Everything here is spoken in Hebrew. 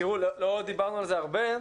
תראו, לא דיברנו על זה הרבה,